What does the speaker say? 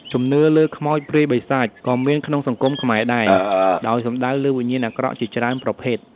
ជំនឿលើ "ខ្មោចព្រាយបីសាច" ក៏មានក្នុងសង្គមខ្មែរដែរ ដោយសំដៅលើវិញ្ញាណអាក្រក់ជាច្រើនប្រភេទ។